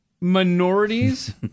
Minorities